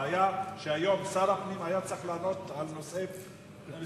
הבעיה היא שהיום שר הפנים היה צריך לענות על נושאי משרדו,